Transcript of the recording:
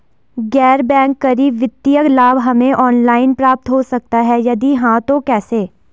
गैर बैंक करी वित्तीय लाभ हमें ऑनलाइन प्राप्त हो सकता है यदि हाँ तो कैसे?